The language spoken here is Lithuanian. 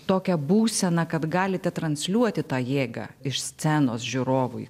tokia būsena kad galite transliuoti tą jėgą iš scenos žiūrovui